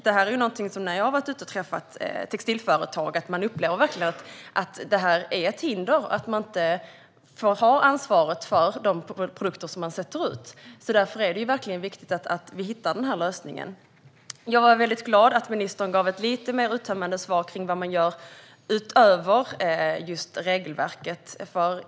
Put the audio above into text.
När jag har varit ute och träffat textilföretag har jag förstått att man verkligen upplever detta som ett hinder: att man inte får ha ansvaret för de produkter man släpper ut. Därför är det verkligen viktigt att hitta en lösning. Jag är väldigt glad över att ministern gav ett lite mer uttömmande svar när det gäller vad man gör utöver regelverket.